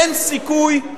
אין סיכוי,